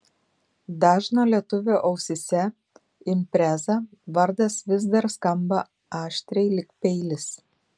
dažno lietuvio ausyse impreza vardas vis dar skamba aštriai lyg peilis